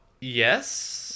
Yes